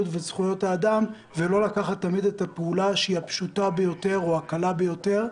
ועל זכויות האדם ולא לקחת תמיד את הפעולה הפשוטה ביותר או הקלה ביותר.